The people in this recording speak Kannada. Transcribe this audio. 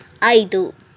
ಐದು